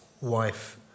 wife